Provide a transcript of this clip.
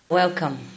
Welcome